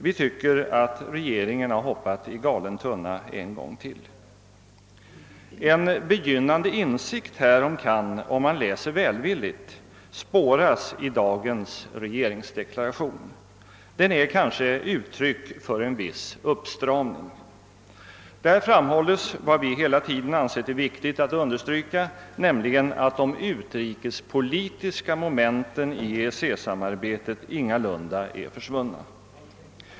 Vi tycker att regeringen har hoppat i galen tunna en gång till. En begynnande insikt härom kan, om man läser välvilligt, spåras i dagens regeringsdeklaration. Den är kanske ut tryck för en viss uppstramning. Där framhålles vad vi hela tiden ansett det viktigt att understryka, nämligen att de utrikespolitiska momenten i EEC-samarbetet ingalunda är försvunna.